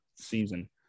season